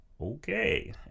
Okay